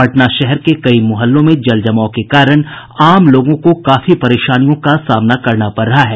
पटना शहर के कई मुहल्लों में जलजमाव के कारण आम लोगों को काफी परेशानियों का सामना करना पड़ रहा है